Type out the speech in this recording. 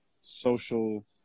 social